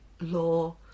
law